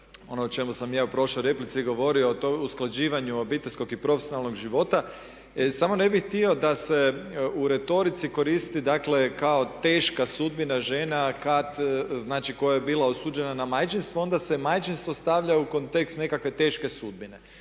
Ono o čemu sam ja u prošloj replici govorio a to je o usklađivanju obiteljskog i profesionalnog života. Samo ne bih htio da se u retorici koristi dakle kao teška sudbina žena, znači koja je bila osuđena na majčinstvo, onda se majčinstvo stavlja u kontekst nekakve teške sudbine.